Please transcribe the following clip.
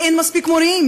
כי אין מספיק מורים.